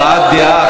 הבעת דעה,